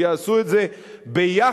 שיעשו את זה יחד,